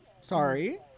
sorry